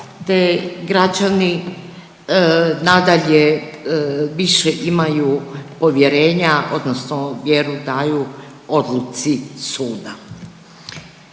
građani nadalje više imaju povjerenja odnosno vjeru daju odluci suda.